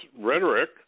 rhetoric